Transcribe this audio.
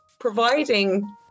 Providing